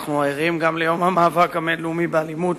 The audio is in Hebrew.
אנחנו ערים גם ליום המאבק הבין-לאומי באלימות